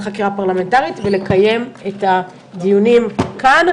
הדרישה לוועדת חקירה פרלמנטרית ולקיים את הדיונים כאן,